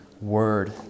word